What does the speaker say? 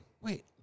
Wait